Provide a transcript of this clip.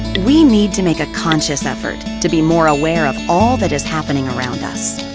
we need to make a conscious effort to be more aware of all that is happening around us.